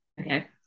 Okay